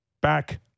Back